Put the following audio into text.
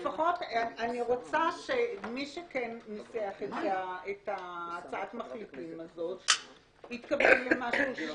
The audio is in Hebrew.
לפחות אני רוצה שמי שכן ניסח את הצעת המחליטים הזאת התכוון למשהו,